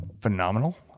phenomenal